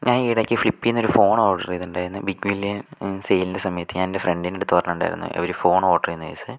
ഞാൻ ഈ ഇടക്ക് ഫ്ലിപ്പിന്നു ഒരു ഫോൺ ഓർഡർ ചെയ്തിട്ടുണ്ടായിരുന്നു ബിഗ് ബില്യൺ സെയിലിൻ്റെ സമയത്ത് ഞാൻ എൻ്റെ ഫ്രണ്ടിൻ്റെ അടുത്ത് പറഞ്ഞിട്ടുണ്ടായിരുന്നു ഒരു ഫോൺ ഓർഡർ ചെയ്യുന്ന കേസ്